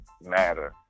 matter